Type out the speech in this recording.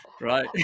Right